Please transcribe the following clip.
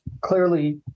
clearly